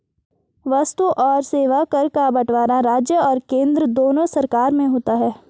वस्तु और सेवा कर का बंटवारा राज्य और केंद्र दोनों सरकार में होता है